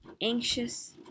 anxious